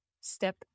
step